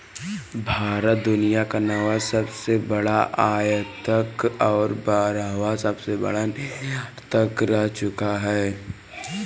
भारत दुनिया का नौवां सबसे बड़ा आयातक और बारहवां सबसे बड़ा निर्यातक रह चूका है